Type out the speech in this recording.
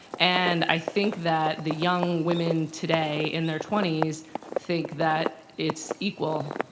and i think that the young women today in their twenty s think that it's equal,